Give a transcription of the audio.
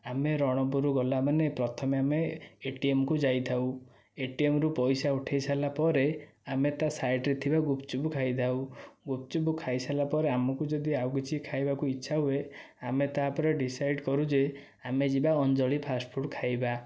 ଆମେ ରଣପୁର ଗଲା ମାନେ ପ୍ରଥମେ ଆମେ ଏଟିଏମ୍କୁ ଯାଇଥାଉ ଏଟିଏମ୍ରୁ ପଇସା ଉଠେଇ ସାରିଲା ପରେ ଆମେ ତା' ସାଇଡ଼୍ରେ ଥିବା ଗୁପଚୁପ ଖାଇ ଥାଉ ଗୁପଚୁପ ଖାଇ ସାରିଲା ପରେ ଆମକୁ ଯଦି ଆଉ କିଛି ଖାଇବାକୁ ଇଚ୍ଛା ହୁଏ ଆମେ ତାପରେ ଡିସାଇଡ଼୍ କରୁ ଯେ ଆମେ ଯିବା ଅଞ୍ଜଳି ଫାଷ୍ଟ ଫୁଡ଼ ଖାଇବା